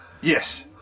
Yes